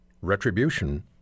retribution